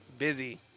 Busy